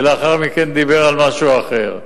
ולאחר מכן דיבר על משהו אחר.